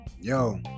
yo